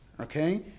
okay